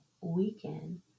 weekend